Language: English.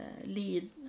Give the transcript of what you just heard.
lead